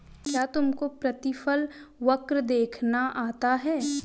क्या तुमको प्रतिफल वक्र देखना आता है?